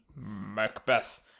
Macbeth